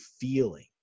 feeling